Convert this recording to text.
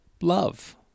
love